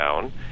down